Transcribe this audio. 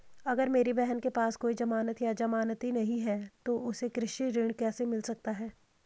अगर मेरी बहन के पास कोई जमानत या जमानती नहीं है तो उसे कृषि ऋण कैसे मिल सकता है?